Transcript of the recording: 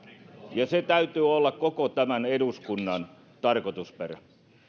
ja sen täytyy olla koko tämän eduskunnan tarkoitusperä